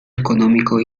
económico